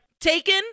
taken